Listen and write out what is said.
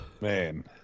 Man